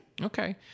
Okay